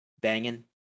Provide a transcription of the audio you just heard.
banging